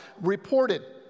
reported